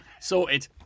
Sorted